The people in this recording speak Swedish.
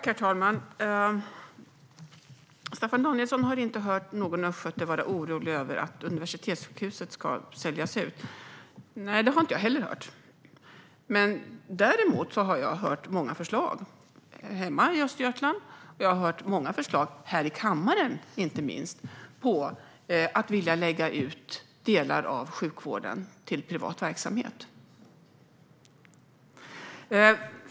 Herr talman! Staffan Danielsson har inte hört någon östgöte uttrycka oro över att universitetssjukhuset ska säljas ut. Det har inte jag heller hört. Jag har däremot hört många förslag, hemma i Östergötland och inte minst här i kammaren, om att lägga ut delar av sjukvården till privat verksamhet.